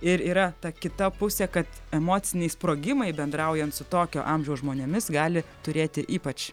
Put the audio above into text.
ir yra ta kita pusė kad emociniai sprogimai bendraujant su tokio amžiaus žmonėmis gali turėti ypač